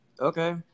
Okay